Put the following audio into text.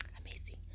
amazing